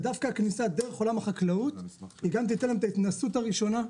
ודווקא הכניסה דרך עולם החקלאות גם תיתן להם את ההתנסות הראשונה,